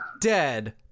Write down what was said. dead